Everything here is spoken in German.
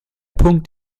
punkt